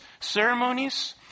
ceremonies